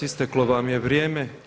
Isteklo vam je vrijeme.